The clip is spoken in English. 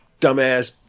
dumbass